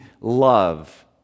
love